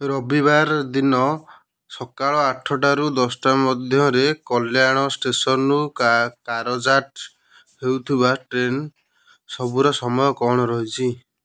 ରବିବାର ଦିନ ସକାଳ ଆଠଟାରୁ ଦଶଟା ମଧ୍ୟରେ କଲ୍ୟାଣ ଷ୍ଟେସନରୁ କା କାରଜାଟ ହେଉଥିବା ଟ୍ରେନ୍ ସବୁର ସମୟ କ'ଣ ରହିଚି